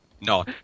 No